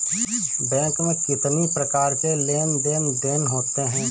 Bank में कितनी प्रकार के लेन देन देन होते हैं?